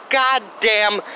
goddamn